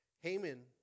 Haman